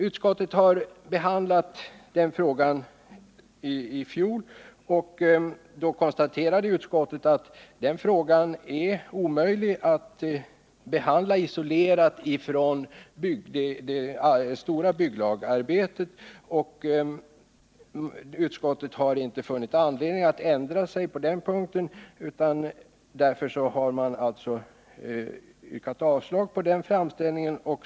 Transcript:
Utskottet behandlade frågan i fjol och konstaterade då att det är omöjligt att behandla den isolerad från det stora bygglagarbetet. Utskottet har inte funnit anledning att ändra uppfattning på den punkten, och därför har vi yrkat avslag på framställningen.